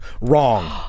wrong